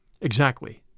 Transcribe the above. Exactly